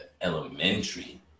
elementary